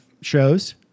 shows